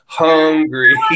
hungry